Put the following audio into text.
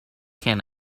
can